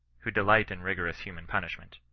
who d light in rigorous human punishment!